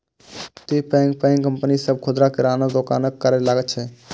तें पैघ पैघ कंपनी सभ खुदरा किराना दोकानक करै लागल छै